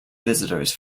visitors